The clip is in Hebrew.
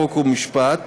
חוק ומשפט